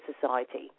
society